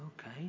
Okay